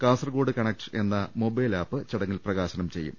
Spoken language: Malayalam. കാസർകോട് കണക്ട് എന്ന മൊബൈൽ ആപ്പ് ചടങ്ങിൽ പ്രകാ ശനം ചെയ്യും